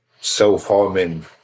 self-harming